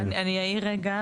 אני אעיר רגע,